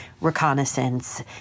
reconnaissance